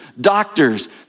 doctors